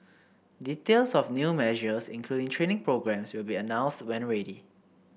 details of new measures including training programmes will be announced when ready